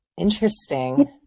interesting